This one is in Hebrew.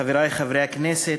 חברי חברי הכנסת,